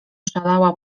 szalała